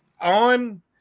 On